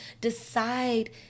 Decide